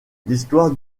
l’histoire